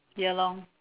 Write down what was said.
ya lor